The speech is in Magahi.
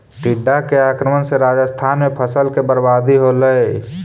टिड्डा के आक्रमण से राजस्थान में फसल के बर्बादी होलइ